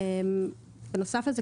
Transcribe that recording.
בנוסף לזה,